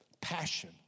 passion